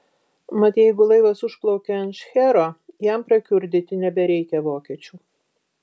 mat jeigu laivas užplaukia ant šchero jam prakiurdyti nebereikia vokiečių